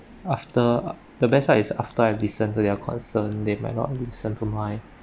after uh the best part is after I listened to their concern they might not listen to mine